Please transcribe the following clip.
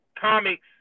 comics